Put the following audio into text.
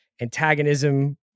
antagonism